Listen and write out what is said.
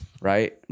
right